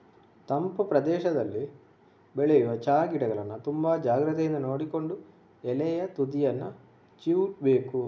ತಂಪು ಪ್ರದೇಶದಲ್ಲಿ ಬೆಳೆಯುವ ಚಾ ಗಿಡಗಳನ್ನ ತುಂಬಾ ಜಾಗ್ರತೆಯಿಂದ ನೋಡಿಕೊಂಡು ಎಲೆಯ ತುದಿಯನ್ನ ಚಿವುಟ್ಬೇಕು